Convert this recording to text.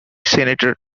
senator